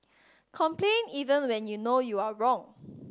complain even when you know you are wrong